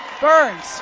Burns